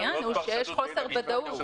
העניין הוא שיש חוסר ודאות.